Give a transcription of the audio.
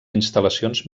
instal·lacions